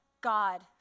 God